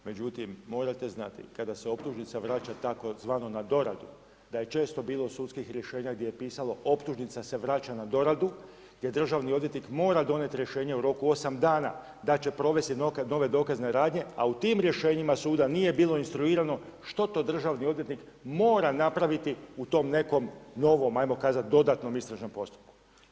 Međutim, morate znati kada se optužnica vraća tzv. na doradu da je često bilo sudskih rješenja gdje je pisalo optužnica se vraća na doradu gdje državni odvjetnik mora donijet rješenje u roku od osam dana, da će provesti nove dokazne radnje, a u tim rješenjima suda nije bilo instruirano što to državni odvjetnik mora napraviti u tom nekom novom, ajmo kazat, dodatnom istražnom postupku.